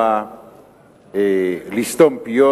לסתום פיות.